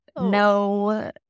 no